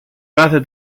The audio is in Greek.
κάθε